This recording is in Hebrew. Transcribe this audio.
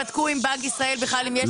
בלי שבדקו עם בנק ישראל בכלל אם יש נכונות.